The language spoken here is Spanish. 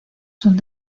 son